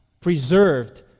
preserved